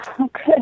Okay